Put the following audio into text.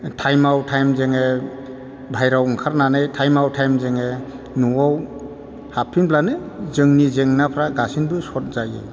टाइमाव टाइम जोङो बाहेराव ओंखारनानै टाइमाव टाइम जोङो न'आव हाबफिनब्लानो जोंनि जेंनाफोरा गासैबो सर्त जायो